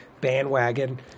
bandwagon